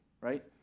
right